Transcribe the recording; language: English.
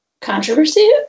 controversy